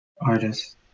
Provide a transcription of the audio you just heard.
artist